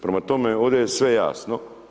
Prema tome, ovdje je sve jasno.